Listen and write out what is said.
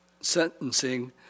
sentencing